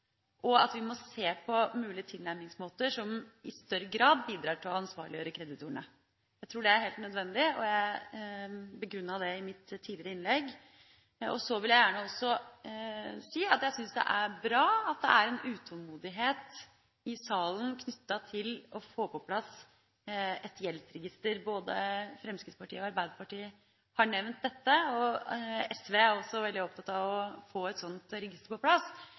og at vi må se på mulige tilnærmingsmåter som i større grad bidrar til å ansvarliggjøre kreditorene. Jeg tror det er helt nødvendig, og jeg begrunnet det i mitt tidligere innlegg. Så vil jeg gjerne si at jeg synes det er bra at det er en utålmodighet i salen knyttet til å få på plass et gjeldsregister. Både Fremskrittspartiet og Arbeiderpartiet har nevnt dette, og SV er også veldig opptatt av å få et sånt register på plass.